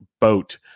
Boat